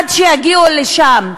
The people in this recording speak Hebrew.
עד שיגיעו לשם,